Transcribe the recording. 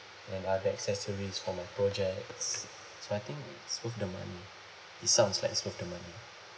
and other accessories for my projects so I think it's worth the money it sounds like it's worth the money